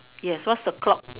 yes what's the clock